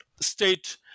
state